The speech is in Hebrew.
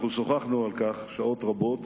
אנחנו שוחחנו על כך שעות רבות